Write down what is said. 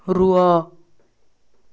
ରୁହ